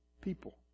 people